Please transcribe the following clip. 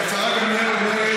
השרה גמליאל, השרה גמליאל,